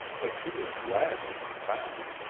but she was glad to be found,